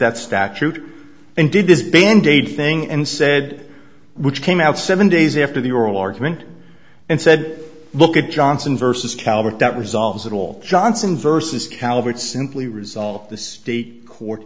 that statute and did this band aid thing and said which came out seven days after the oral argument and said look at johnson versus calvert that resolves it all johnson versus calvert simply resolve the state court